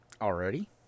already